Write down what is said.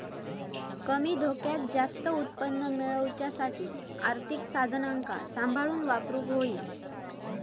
कमी धोक्यात जास्त उत्पन्न मेळवच्यासाठी आर्थिक साधनांका सांभाळून वापरूक होई